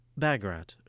Bagrat